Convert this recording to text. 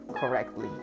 correctly